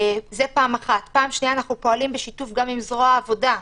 שנית, אנחנו פועלים בשיתוף גם עם זרוע העבודה.